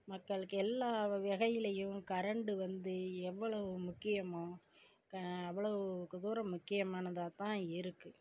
மக்களுக்கு எல்லா வகையிலையும் கரண்ட் வந்து எவ்வளோ முக்கியமோ அவ்வளோ தூரம் முக்கியமானதாகதான் இருக்குது